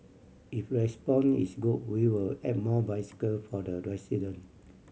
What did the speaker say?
if respond is good we will add more bicycle for the resident